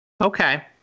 Okay